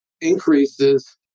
increases